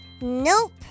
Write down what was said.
Nope